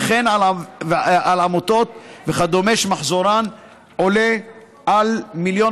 וכן על עמותות וכדומה שמחזורן עולה על 1.2 מיליון